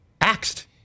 axed